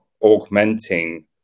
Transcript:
augmenting